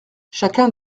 chacun